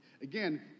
again